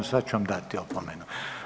Sad ću vam dati opomenu.